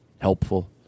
helpful